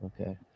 Okay